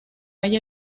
hay